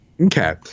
okay